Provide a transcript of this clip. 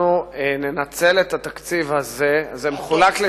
זה בבחינת דמי חנוכה.